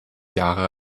jahre